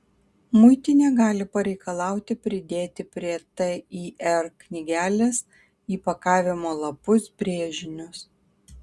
muitinė gali pareikalauti pridėti prie tir knygelės įpakavimo lapus brėžinius